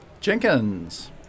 Jenkins